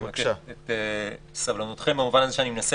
אני מבקש את סבלנותכם במובן הזה שאני אנסה